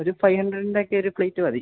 ഒരു ഫൈവ് ഹൺഡ്രഡിന്റെയൊക്കെ ഒരു പ്ലേറ്റ് മതി